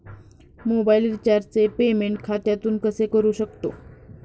Mobile रिचार्जचे payment खात्यातून कसे करू शकतो?